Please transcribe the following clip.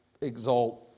exalt